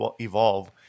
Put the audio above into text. evolve